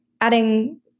adding